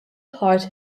hart